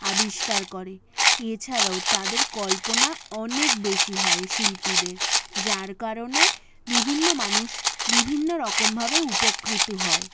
আবিষ্কার করে এছাড়াও তাদের কল্পনা অনেক বেশি হয় শিল্পীদের যার কারণে বিভিন্ন মানুষ বিভিন্ন রকমভাবে উপকৃত হয়